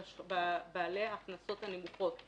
בבעלי ההכנסות הנמוכות,